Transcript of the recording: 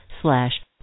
slash